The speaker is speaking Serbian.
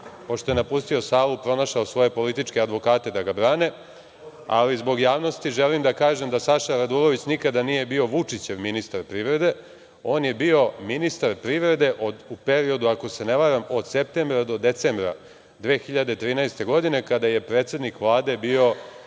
pošto je napustio salu, pronašao svoje političke advokate da ga brane, ali zbog javnosti želim da kažem da Saša Radulović nikada nije bio Vučićev ministar privrede. On je bio ministar privrede u periodu ako se ne varam, od septembra do decembra 2013. godine, kada je predsednik Vlade bio